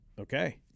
Okay